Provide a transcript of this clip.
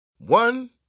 One